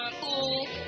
cool